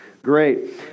Great